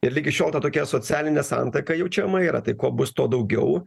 ir ligi šiol ta tokia socialinė santaika jaučiama yra tai kuo bus to daugiau